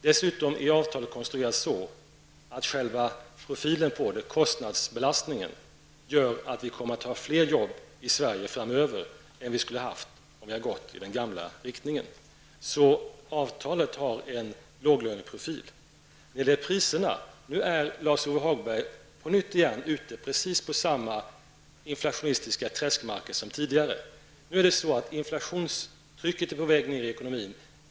Dessutom är avtalet konstruerat så, att själva profilen, kostnadsbelastningen, gör att vi kommer att ha fler arbeten i Sverige framöver än vi skulle ha haft om vi fortsatt i den gamla riktningen. Så avtalet har en låglöneprofil. När det gäller priserna är Lars-Ove Hagberg på nytt ute i samma inflationistiska träskmarker som tidigare. Inflationstrycket i ekonomin är på väg ned.